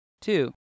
Two